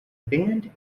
band